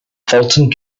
fulton